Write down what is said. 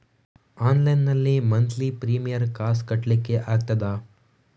Online ನಲ್ಲಿ monthly premier ಕಾಸ್ ಕಟ್ಲಿಕ್ಕೆ ಆಗ್ತದಾ?